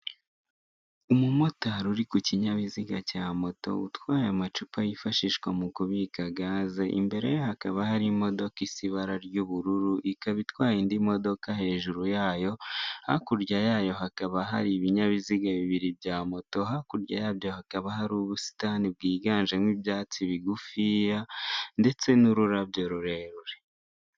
Umumotari uri ku kinyabiziga cya moto utwaye amacupa yifashishwa mu kubika gaze, imbere ye hakaba hari imodoka isa ibara ry'ubururu ikaba itwaye indi modoka imbere hejuru yayo hakurya yayo hakaba hari ibinyabiziga bibiri bya moto, hakurya yabyo hakaba hari ubusitani bwiganjemo ibyatsi bigufiya ndetse n'ururabyo rurerure.